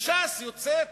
וש"ס יוצאת